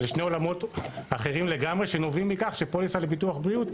אלה שני עולמות אחרים לגמרי שנובעים מכך שפוליסה לביטוח בריאות,